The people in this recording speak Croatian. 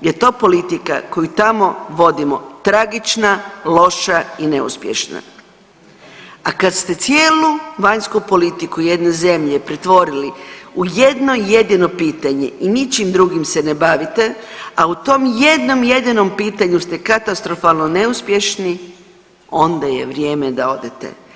je to politika koju tamo vodimo tragična, loša i neuspješna, a kad se cijelu vanjsku politiku jedne zemlje pretvorili u jedno jedino pitanje i ničim drugim se ne bavite, a u tom jednom jedinom pitanju ste katastrofalno neuspješni, onda je vrijeme da odete.